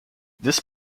this